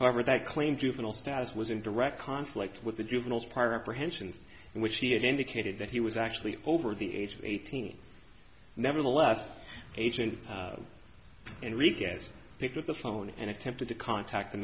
however that claimed juvenile status was in direct conflict with the juveniles part reprehension in which he had indicated that he was actually over the age of eighteen nevertheless agent and reed guest picked up the phone and attempted to contact the